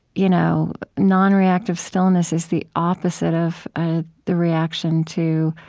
you know nonreactive stillness is the opposite of ah the reaction to